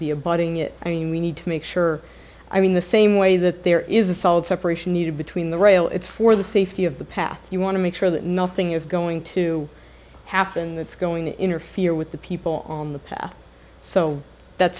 be a budding i mean we need to make sure i mean the same way that there is a solid separation between the rail it's for the safety of the path you want to make sure that nothing is going to happen that's going to interfere with the people in the path so that's